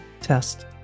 test